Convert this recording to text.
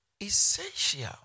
essential